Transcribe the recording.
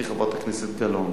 שתגני עלי מפני חברת הכנסת גלאון.